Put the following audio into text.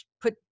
put